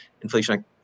inflation